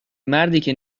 مرتیکه